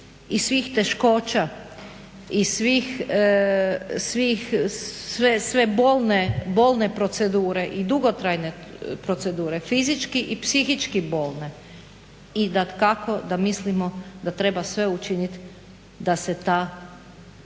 i svih teškoća i svih, sve bolne procedure i dugotrajne procedure fizički i psihički bolne i dakako da mislimo da treba sve učiniti da se ta